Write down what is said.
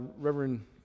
Reverend